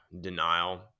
denial